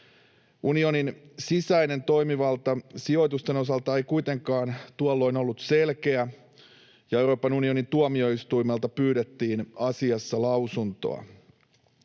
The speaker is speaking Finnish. Unionin sisäinen toimivalta sijoitusten osalta ei kuitenkaan tuolloin ollut selkeä, ja Euroopan unionin tuomioistuimelta pyydettiin asiassa lausuntoa.